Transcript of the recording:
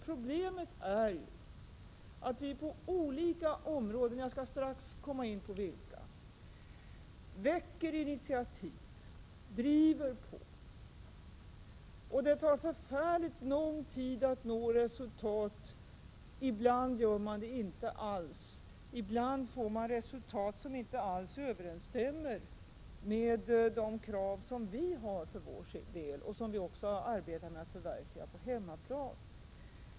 Problemet är att när vi på olika områden — jag skall strax komma in på vilka — tar initiativ och driver på, dröjer det förfärligt länge innan vi når resultat. Ibland gör man det inte alls och ibland får man resultat som inte överensstämmer med de krav som vi har för vår del och som vi arbetar med att förverkliga på hemmaplan.